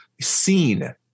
seen